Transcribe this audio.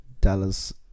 Dallas